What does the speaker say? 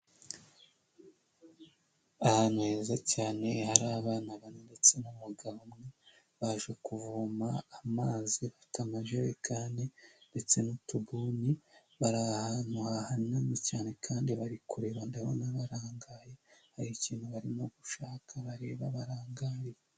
Ahantu heza cyane hari abana bane ndetse n'umugabo umwe baje kuvoma amazi afite amajerekani ndetse n'utubuni bari ahantu hahanamye cyane kandi bari kureba ndabona barangaye hari ikintu barimo gushaka bareba barangaye.